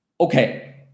Okay